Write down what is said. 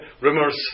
rumours